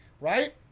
right